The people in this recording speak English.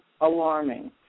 alarming